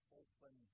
open